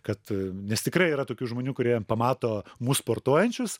kad nes tikrai yra tokių žmonių kurie pamato mus sportuojančius